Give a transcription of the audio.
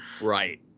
Right